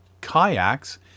kayaks